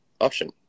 option